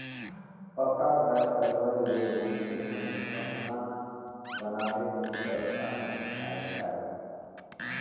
पक्का घर कर होए ले मइनसे मन बहना बनाबे नी करत अहे आएज काएल